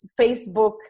Facebook